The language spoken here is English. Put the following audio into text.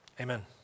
amen